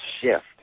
shift